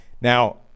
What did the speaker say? Now